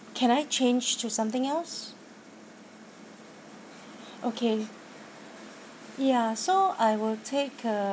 can I change to something else okay ya so I will take uh